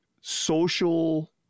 social